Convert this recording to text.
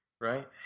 Right